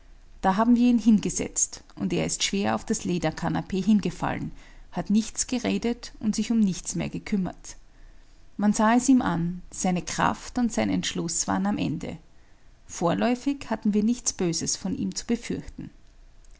da haben wir ihn hingesetzt und er ist schwer auf das lederkanapee hingefallen hat nichts geredet und sich um nichts mehr gekümmert man sah es ihm an seine kraft und sein entschluß waren am ende vorläufig hatten wir nichts böses von ihm zu befürchten